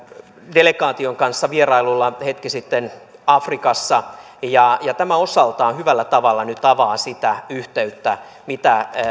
delegaation kanssa vierailulla hetki sitten afrikassa ja ja tämä osaltaan hyvällä tavalla nyt avaa sitä yhteyttä mitä